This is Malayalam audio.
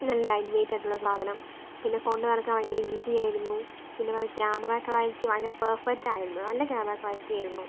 നല്ല ലൈറ്റ് വെയ്റ്റായിട്ടുള്ള സാധനം പിന്നെ കൊണ്ട് നടക്കാൻ ഭയങ്കര ഈസി ആയിരുന്നു പിന്നെ പറയ ക്യാമറ ക്ലാരിറ്റി ഭയങ്കര പെർഫെക്റ്റ് ആയിരുന്നു നല്ല ക്യാമറ ക്ലാരിറ്റി ആയിരുന്നു